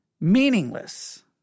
meaningless